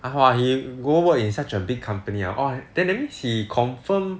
!wah! he go work in such a big company ah oh then that means he confirm